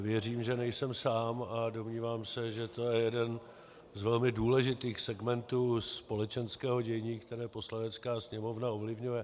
Věřím, že nejsem sám, a domnívám se, že to je jeden z velmi důležitých segmentů společenského dění, které Poslanecká sněmovna ovlivňuje.